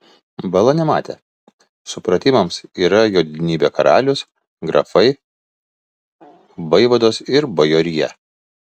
bala nematė supratimams yra jo didenybė karalius grafai vaivados ir bajorija